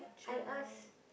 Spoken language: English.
I ask